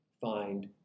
find